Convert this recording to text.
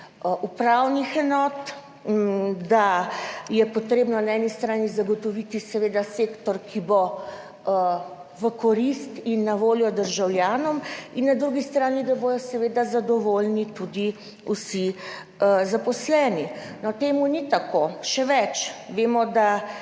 upravnih enot, da je potrebno na eni strani zagotoviti seveda sektor, ki bo v korist in na voljo državljanom in na drugi strani, da bodo seveda zadovoljni tudi vsi zaposleni, no, temu ni tako. Še več, vemo da